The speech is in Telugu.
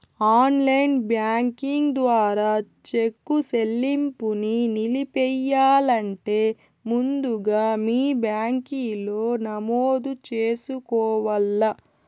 ఆన్లైన్ బ్యాంకింగ్ ద్వారా చెక్కు సెల్లింపుని నిలిపెయ్యాలంటే ముందుగా మీ బ్యాంకిలో నమోదు చేసుకోవల్ల